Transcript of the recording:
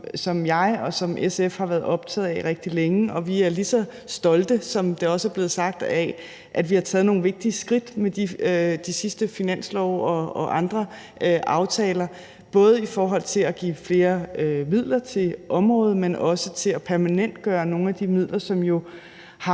som jeg og som SF har været optaget af rigtig længe, og vi er lige så stolte, som det også er blevet sagt, af, at vi har taget nogle vigtige skridt med de seneste finanslove og andre aftaler. Både i forhold til at give flere midler til området, men også i forhold til at permanentgøre nogle af de midler, som jo i